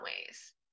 ways